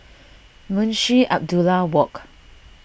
Munshi Abdullah Walk